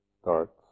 starts